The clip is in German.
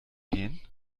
gehen